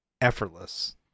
effortless